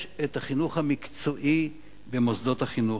את החינוך המקצועי במוסדות החינוך,